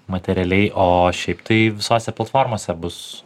materialiai o šiaip tai visose platformose bus